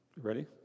Ready